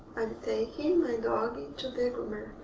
taking my dog to the groomer.